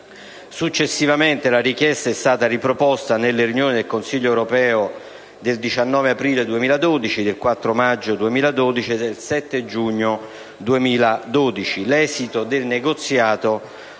Successivamente, la richiesta è stata riproposta nelle riunioni del Consiglio europeo del 19 aprile, del 4 maggio e del 7 giugno 2012. L'esito del negoziato